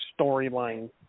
storyline